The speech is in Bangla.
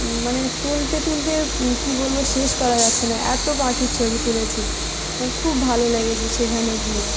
মানে তুলতে তুলতে কী বলবো শেষ করা যাচ্ছে না এতো পাখির ছবি তুলেছি আমার খুব ভালো লেগেছে সেখানে গিয়ে